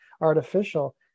artificial